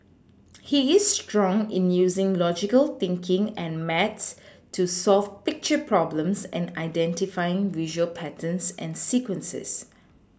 he is strong in using logical thinking and maths to solve picture problems and identifying visual patterns and sequences